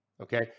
okay